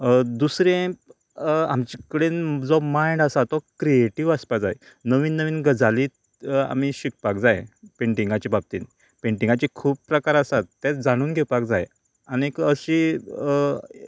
दुसरें आमचें कडेन जो मायन्ड आसा तो क्रिएटीव आसपाक जाय नवीन नवीन गजाली आमी शिकपाक जाय पेंटिगाच्या बाबतींत पेंटिगाचे खूब प्रकार आसात ते जाणून घेवपाक जाय आनीक अशी